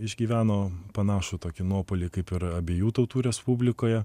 išgyveno panašų tokį nuopuolį kaip ir abiejų tautų respublikoje